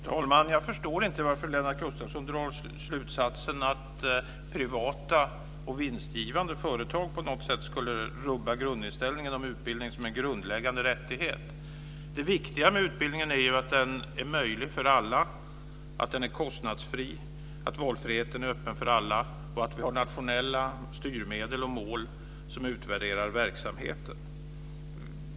Fru talman! Jag förstår inte varför Lennart Gustavsson drar slutsatsen att privata och vinstgivande företag på något sätt skulle rubba grundinställningen om utbildningen som en grundläggande rättighet. Det viktiga med utbildningen är ju att den är möjlig för alla, att den är kostnadsfri, att valfriheten är till för alla och att vi har nationella styrmedel och mål som utvärderar verksamheten.